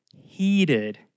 heated